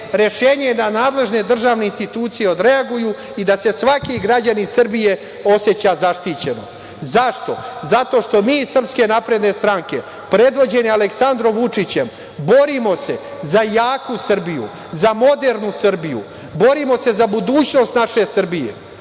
Rešenje je da nadležne državne institucije odreaguju i da se svaki građanin Srbije oseća zaštićeno.Zašto? Zato što mi iz SNS, predvođeni Aleksandrom Vučićem borimo se za jaku Srbiju, za modernu Srbiju, borimo se za budućnost naše Srbije,